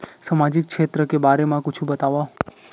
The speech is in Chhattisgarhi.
सामाजिक क्षेत्र के बारे मा कुछु बतावव?